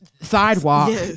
sidewalk